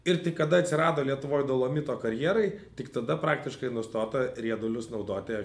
ir kada atsirado lietuvoj dolomito karjerai tik tada praktiškai nustota riedulius naudoti